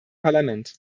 parlament